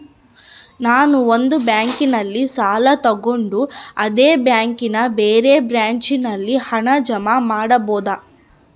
ನಾನು ಒಂದು ಬ್ಯಾಂಕಿನಲ್ಲಿ ಸಾಲ ತಗೊಂಡು ಅದೇ ಬ್ಯಾಂಕಿನ ಬೇರೆ ಬ್ರಾಂಚಿನಲ್ಲಿ ಹಣ ಜಮಾ ಮಾಡಬೋದ?